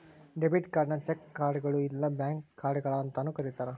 debit ಕಾರ್ಡ್ನ check ಕಾರ್ಡ್ಗಳು ಇಲ್ಲಾ ಬ್ಯಾಂಕ್ ಕಾರ್ಡ್ಗಳ ಅಂತಾನೂ ಕರಿತಾರ